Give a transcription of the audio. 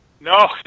No